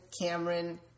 Cameron